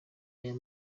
aya